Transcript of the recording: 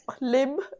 Lim